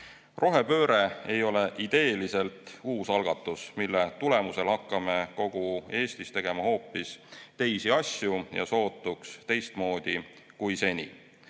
Rohepööre ei ole ideeliselt uus algatus, mille tulemusel hakkame kogu Eestis tegema hoopis teisi asju ja sootuks teistmoodi kui seni.